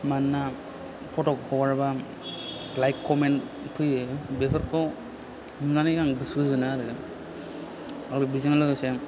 मानोना फट' हगारबा लाइक खमेन्थ फैयो बेफोरखौ नुनानै आं गोसो गोजोनो आरो आरो बेजों लोगोसे